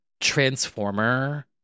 Transformer